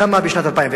כמה בשנת 2010?